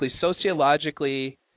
sociologically